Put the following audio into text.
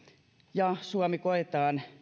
ja suomi koetaan